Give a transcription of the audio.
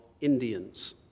Indians